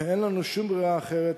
אין לנו שום ברירה אחרת,